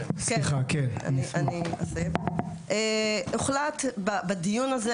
טרופר) הוחלט בדיון הזה,